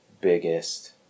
biggest